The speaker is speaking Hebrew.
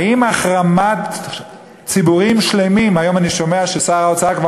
האם החרמת ציבורים שלמים היום אני שומע ששר האוצר כבר